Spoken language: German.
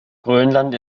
grönland